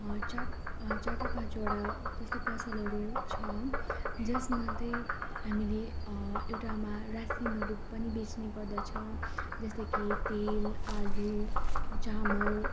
चार चारवटा पाँचवटा जस्तो पसलहरू छ जसमा त्यही हामीले एउटामा रासनहरू पनि बेच्नेगर्दछ जस्तै कि तेल आलु चामल